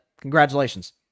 Congratulations